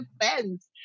defense